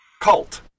cult